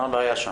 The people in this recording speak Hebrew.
מה הבעיה שם?